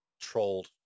trolled